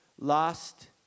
lost